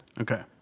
Okay